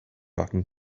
talking